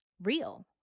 real